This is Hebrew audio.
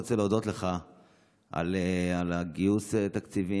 אני רוצה להודות לך על גיוס התקציבים